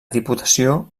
diputació